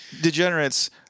Degenerates